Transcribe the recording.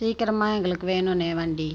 சீக்கிரமாக எங்களுக்கு வேணும்ணே வண்டி